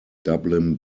dublin